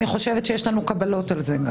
אני חושבת שיש לנו קבלות על זה.